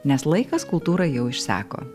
nes laikas kultūrai jau išseko